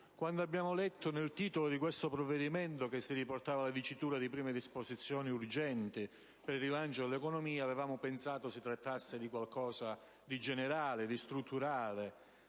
Quando abbiamo letto nel titolo di questo provvedimento le parole «Prime disposizioni urgenti per l'economia» avevamo pensato si trattasse di qualcosa di generale, di strutturale: